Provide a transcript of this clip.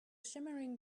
shimmering